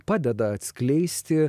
padeda atskleisti